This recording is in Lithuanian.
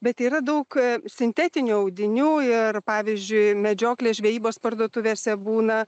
bet yra daug sintetinių audinių ir pavyzdžiui medžioklės žvejybos parduotuvėse būna